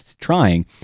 trying